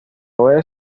godoy